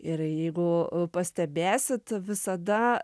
ir jeigu u pastebėsit visada